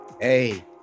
Hey